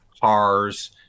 cars